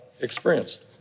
experienced